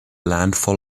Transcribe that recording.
landfall